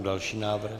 Další návrh.